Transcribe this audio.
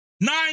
Nine